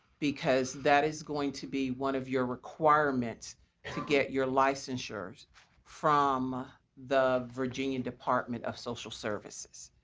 because that is going to be one of your requirements to get your licensure from the virginia and department of social services.